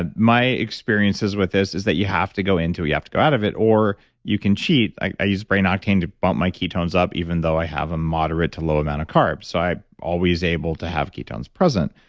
ah my experiences with this is that you have to go into, you have to go out of it, or you can cheat, i use brain octane to bump my ketones up, even though i have a moderate to low amount of carbs. so, i'm always able to have ketones present.